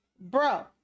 Bro